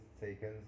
taken